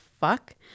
fuck